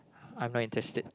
I'm not interested